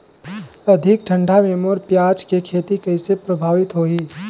अधिक ठंडा मे मोर पियाज के खेती कइसे प्रभावित होही?